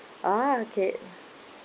ah okay